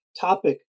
topic